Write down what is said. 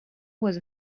was